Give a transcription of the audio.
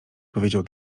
powiedział